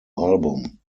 album